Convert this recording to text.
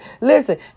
listen